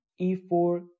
e4